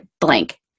blank